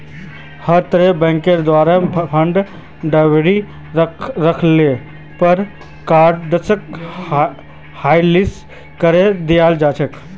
हर तरहर बैंकेर द्वारे फंडत गडबडी दख ल पर कार्डसक हाटलिस्ट करे दियाल जा छेक